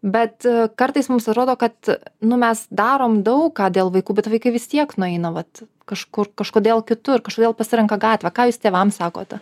bet e kartais mums atrodo kad e nu mes darom daug ką dėl vaikų bet vaikai vis tiek nueina vat kažkur kažkodėl kitur kažkodėl pasirenka gatvę ką jūs tėvams sakote